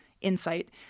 insight